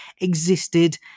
existed